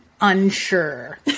unsure